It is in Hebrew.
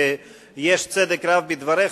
יש צדק רב בדבריך,